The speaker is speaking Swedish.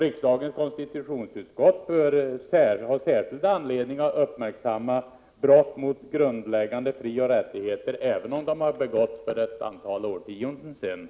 Riksdagens konstitutionsutskott bör ha särskild anledning att uppmärksamma brott mot grundläggande frioch rättigheter, även om de har begåtts för ett antal årtionden sedan.